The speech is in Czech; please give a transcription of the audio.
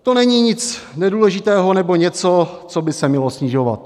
To není nic nedůležitého nebo něco, co by se mělo snižovat.